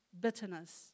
Bitterness